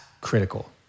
critical